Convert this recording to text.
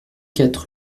quatre